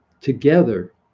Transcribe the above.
together